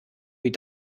wie